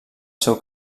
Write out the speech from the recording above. seu